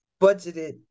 budgeted